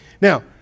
Now